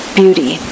beauty